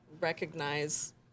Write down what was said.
recognize